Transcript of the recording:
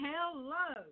Hello